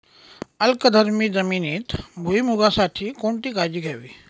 अल्कधर्मी जमिनीत भुईमूगासाठी कोणती काळजी घ्यावी?